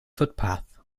footpath